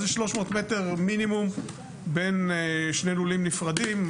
300 מטרים מינימום בין שני לולים נפרדים,